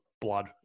blood